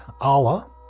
Allah